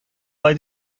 алай